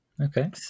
Okay